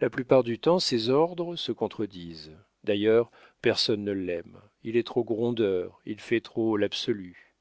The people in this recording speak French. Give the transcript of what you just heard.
la plupart du temps ses ordres se contredisent d'ailleurs personne ne l'aime il est trop grondeur il fait trop l'absolu